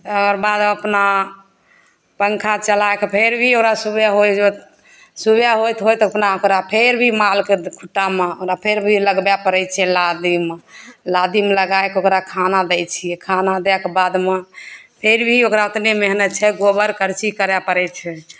तकर बाद अपना पङ्खा चलाइके फेर भी ओकरा सुबह उबा होइत होइत अपना ओकरा फेर भी मालके खूँटामे ओकरा फेर भी लगबय पड़य छै लादिम लादिम लगाइके ओकरा खाना दै छियै खाना दैके बादमे फिर भी ओकरा ओतने मेहनत छै गोबर करछी करय पड़य छै